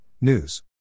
News